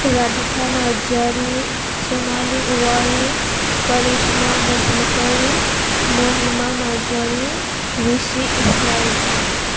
Radhika Narzary Sonali Owary Korishma Basumatary Mahima Narzary Rishi Islary